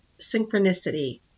synchronicity